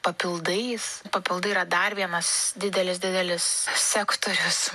papildais papildai yra dar vienas didelis didelis sektorius